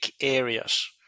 areas